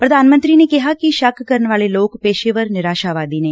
ਪ੍ਰਧਾਨ ਮੰਤਰੀ ਨੇ ਕਿਹਾ ਕਿ ਸੱਕ ਕਰਨ ਵਾਲੇ ਲੋਕ ਪੇਸ਼ੇਵਰ ਨਿਰਾਸ਼ਾਵਾਦੀ ਨੇ